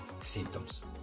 symptoms